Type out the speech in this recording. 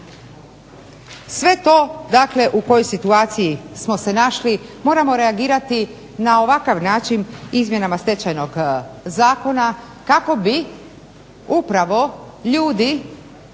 Sve to dakle u kojoj situaciji smo se našli moramo reagirati na ovakav način izmjenama Stečajnog zakona kako bi upravo ljudi